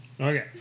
Okay